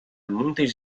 muitas